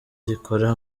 rikora